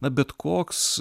na bet koks